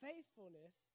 Faithfulness